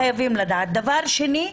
דבר שני.